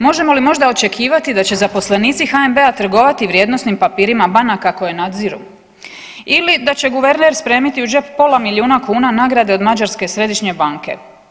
Možemo li možda očekivati da će zaposlenici HNB-a trgovati vrijednosnim papirima banaka koje nadziru ili da će guverner spremiti u džep pola milijuna kuna nagrade od Mađarske središnje banke.